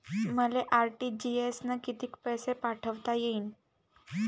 मले आर.टी.जी.एस न कितीक पैसे पाठवता येईन?